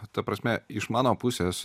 ta prasme iš mano pusės